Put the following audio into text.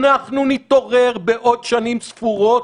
אנחנו נתעורר בעוד שנים ספורות,